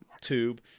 tube